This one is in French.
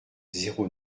zéro